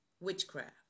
Witchcraft